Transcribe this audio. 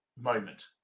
moment